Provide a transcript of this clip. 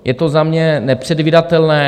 Je to za mě nepředvídatelné.